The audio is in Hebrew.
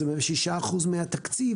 שהוא 6% מן התקציב,